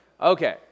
Okay